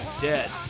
dead